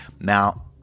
Now